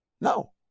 No